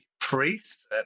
priest